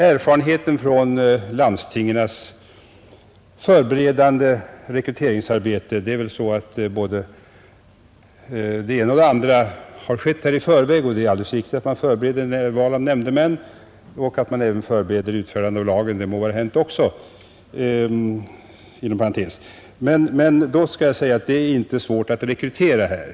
Erfarenheten från landstingens förberedande rekryteringsarbete — både det ena och det andra sker naturligtvis i förväg, och det är alldeles riktigt att man förbereder val av nämndemän, och det må också vara hänt att man förbereder lagens utfärdande — dessa förberedelser visar emellertid att det inte är svårt att rekrytera folk.